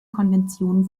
konventionen